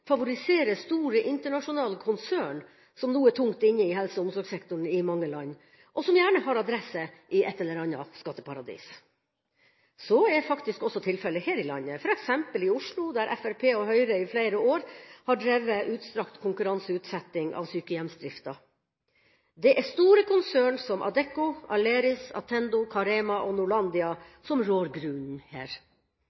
favoriserer store, internasjonale konsern, som nå er tungt inne i helse- og omsorgssektoren i mange land – og som gjerne har adresse i et eller annet skatteparadis. Så er faktisk også tilfelle her i landet, f.eks. i Oslo, der Fremskrittspartiet og Høyre i flere år har drevet utstrakt konkurranseutsetting av sykehjemsdrifta. Det er store konsern som Adecco, Aleris, Attendo, Carema og